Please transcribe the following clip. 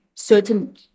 certain